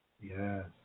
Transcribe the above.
Yes